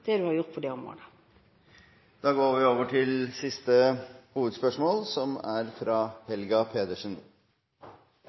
det du har gjort på det området. Vi går til siste hovedspørsmål.